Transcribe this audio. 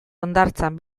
hondartzan